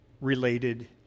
related